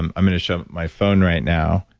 i'm i'm going to show my phone right now.